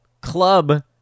club